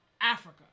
Africa